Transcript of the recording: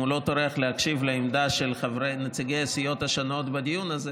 אם הוא לא טורח להקשיב לעמדה של נציגי הסיעות השונות בדיון הזה,